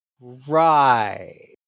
right